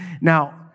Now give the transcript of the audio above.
Now